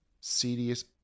serious